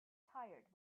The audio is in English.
tired